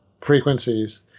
frequencies